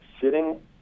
sitting